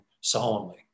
solemnly